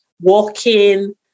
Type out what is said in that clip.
walking